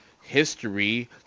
history